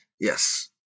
Yes